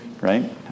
right